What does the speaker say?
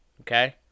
Okay